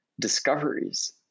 discoveries